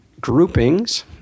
groupings